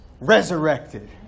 resurrected